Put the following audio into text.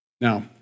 Now